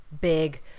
big